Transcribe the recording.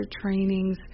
trainings